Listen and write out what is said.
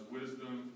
wisdom